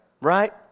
right